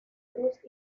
cruz